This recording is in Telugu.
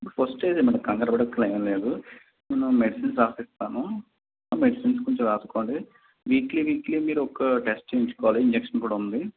ఇప్పుడు ఫస్ట్ స్టేజే మేడం కంగారు పడక్కర్లెమ్ లేదు నేను మెడిసిన్స్ రాసిస్తాను ఆ మెడిసిన్స్ కొంచెం రాసుకోండి వీక్లీ వీక్లీ మీరు ఒక టెస్ట్ చేయించుకోవాలి ఇంజక్షన్ కూడా ఉంది